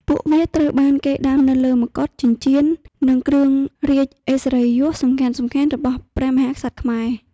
ពួកវាត្រូវបានគេដាំនៅលើមកុដ ចិញ្ចៀន និងគ្រឿងរាជឥស្សរិយយសសំខាន់ៗរបស់ព្រះមហាក្សត្រខ្មែរ។